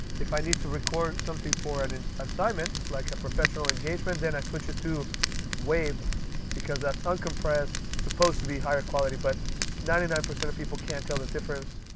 if i need to record something for an assignment, like a professional engagement, then i switch it to wav because that's uncompressed supposed to be higher quality but ninety nine percent of people can't tell the difference.